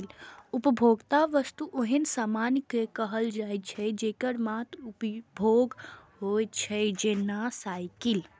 उपभोक्ता वस्तु ओहन सामान कें कहल जाइ छै, जेकर मात्र उपभोग होइ छै, जेना साइकिल